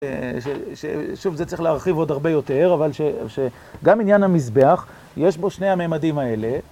שוב, זה צריך להרחיב עוד הרבה יותר, אבל שגם עניין המזבח, יש בו שני הממדים האלה.